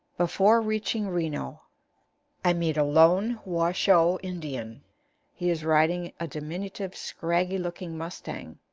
before reaching reno i meet a lone washoe indian he is riding a diminutive, scraggy-looking mustang.